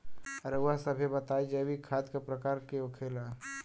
रउआ सभे बताई जैविक खाद क प्रकार के होखेला?